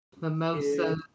Mimosa